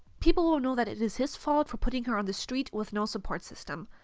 people will know that it is his fault for putting her on the street with no support system.